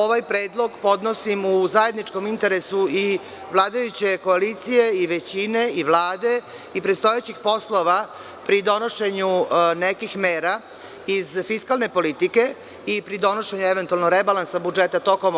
Ovaj predlog podnosim u zajedničkom interesu i vladajuće koalicije i većine i Vlade i predstojećih poslova pri donošenju nekih mera iz fiskalne politike i pri donošenju eventualno rebalansa budžeta tokom